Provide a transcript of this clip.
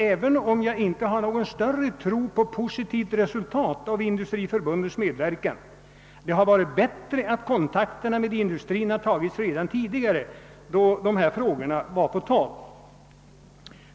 Även om jag inte har någon större tro på positivt resultat av Industriförbundets medverkan hade det varit bättre att kontakterna med industrin tagits redan tidigare, då dessa frågor var på tal.